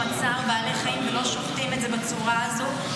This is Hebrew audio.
צער בעלי חיים ולא שוחטים את זה בצורה הזו,